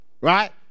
right